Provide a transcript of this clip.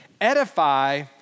Edify